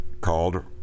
called